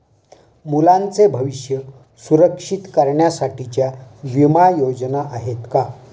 मुलांचे भविष्य सुरक्षित करण्यासाठीच्या विमा योजना आहेत का?